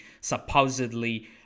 supposedly